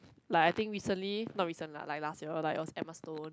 like I think recently not recent lah like last year like was Emma-Stone